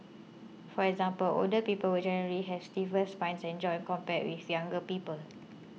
for example older people would generally has stiffer spines and joints compared with younger people